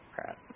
crap